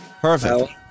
Perfect